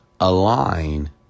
align